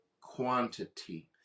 quantity